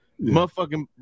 Motherfucking